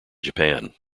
japan